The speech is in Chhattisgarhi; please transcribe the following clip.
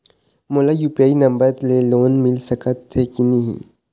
मोला यू.पी.आई नंबर ले लोन मिल सकथे कि नहीं?